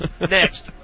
Next